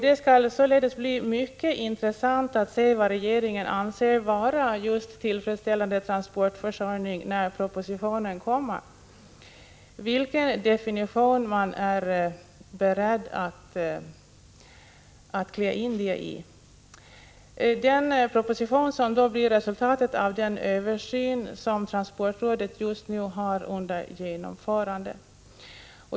Det skall således bli mycket intressant att se vad regeringen anser vara just tillfredsställande transportförsörjning, hur man är beredd att definiera stödet då den proposition framläggs som blir resultatet av den översyn som transportrådet just nu genomför.